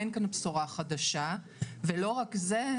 אין כאן בשורה חדשה ולא רק זה,